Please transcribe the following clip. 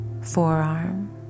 forearm